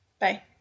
Bye